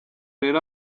rero